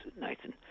Nathan